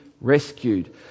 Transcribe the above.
rescued